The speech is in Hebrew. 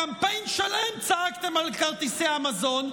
קמפיין שלם צעקתם על כרטיסי המזון,